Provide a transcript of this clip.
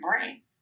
brain